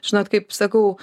žinot kaip sakau